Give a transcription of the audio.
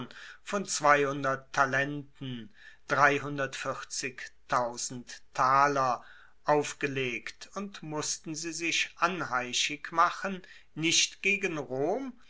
von talenten aufgelegt und mussten sie sich anheischig machen nicht gegen rom